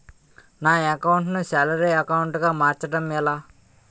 నా అకౌంట్ ను salary account గా మార్చటం ఎలా?